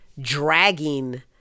dragging